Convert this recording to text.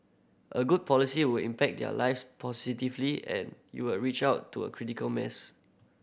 a good policy will impact their lives positively and you'll reach out to a critical mass